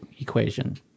equation